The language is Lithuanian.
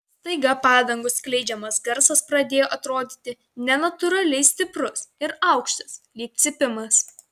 staiga padangų skleidžiamas garsas pradėjo atrodyti nenatūraliai stiprus ir aukštas lyg cypimas